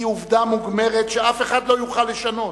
היא עובדה מוגמרת שאף אחד לא יוכל לשנות,